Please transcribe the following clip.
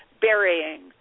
burying